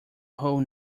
whole